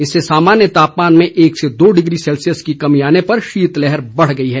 इससे सामान्य तापमान में एक से दो डिग्री सेल्सियस की कमी आने पर शीतलहर बढ़ गई है